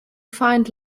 find